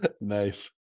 nice